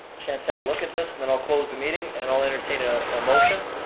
chance to have a look at this, and then i'll close the meeting and i'll entertain ah a motion.